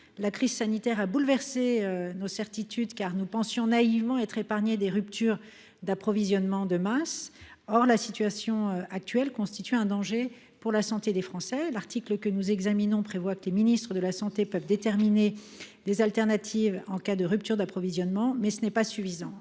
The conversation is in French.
la crise sanitaire a fait voler en éclats nos certitudes, car nous pensions naïvement être à l’abri de ruptures d’approvisionnement de masse. Or la situation actuelle fait peser une grave menace sur la santé des Français. Certes, l’article que nous examinons prévoit que les ministres chargés de la santé peuvent déterminer des alternatives en cas de rupture d’approvisionnement, mais cela n’est pas suffisant,